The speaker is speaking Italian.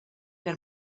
per